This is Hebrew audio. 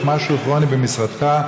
יש משהו כרוני במשרדך,